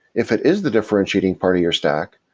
if it is the differentiating part of your stack,